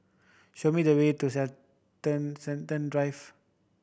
show me the way to Drive